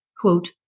quote